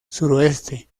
suroeste